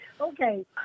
Okay